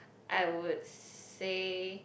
I would say